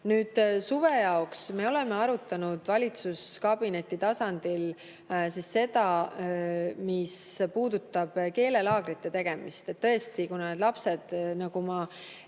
koolis. Suve jaoks me oleme arutanud valitsuskabineti tasandil seda, mis puudutab keelelaagrite tegemist. Tõesti, kuna lastest, nagu ma